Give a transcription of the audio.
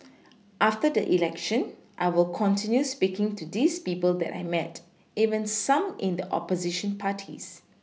after the election I will continue speaking to these people that I met even some in the opposition parties